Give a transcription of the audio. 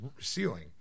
ceiling